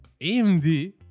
AMD